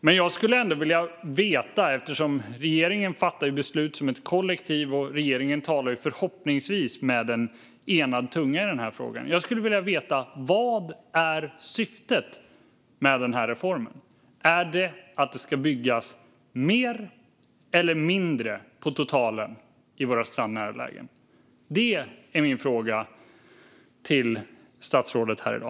Men eftersom regeringen fattar beslut som ett kollektiv och förhoppningsvis talar med en röst i denna fråga skulle jag vilja veta: Vad är syftet med den här reformen? Är det att det totalt sett ska byggas mer eller mindre i våra strandnära lägen? Detta är min fråga till statsrådet här i dag.